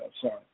sorry